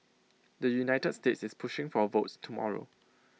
the united states is pushing for A vote tomorrow